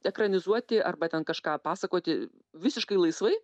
ekranizuoti arba ten kažką pasakoti visiškai laisvai